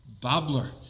babbler